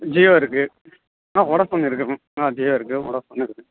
ஜியோ இருக்குது ஆ வோடஃபோன் இருக்குது மேம் ஆ ஜியோ இருக்குது வோடஃபோன் இருக்குது